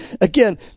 again